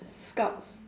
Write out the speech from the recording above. scouts